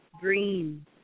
green